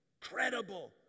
credible